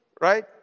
right